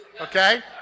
Okay